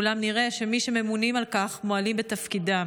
אולם נראה שמי שממונים על כך מועלים בתפקידם.